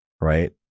right